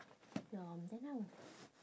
ya then how